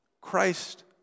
Christ